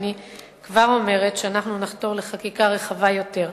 אני כבר אומרת שנחתור לחקיקה רחבה יותר.